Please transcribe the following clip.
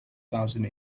thousand